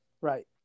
Right